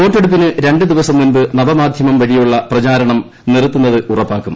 വോട്ടെടുപ്പിന് രണ്ടു ദിവസം മുമ്പ് നവമാധ്യമം വഴിയുള്ള പ്രചാരണം നിർത്തുന്നത് ഉറപ്പാക്കും